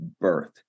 birth